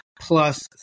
plus